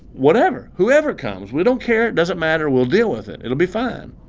whatever! whoever comes, we don't care, it doesn't matter, we' ll deal with it, it'll be fine.